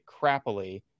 crappily